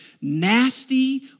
nasty